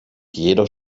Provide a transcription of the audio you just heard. jeder